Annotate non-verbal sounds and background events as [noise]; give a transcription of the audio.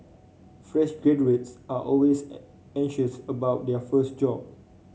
fresh graduates are always [unintelligible] anxious about their first job